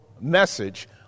message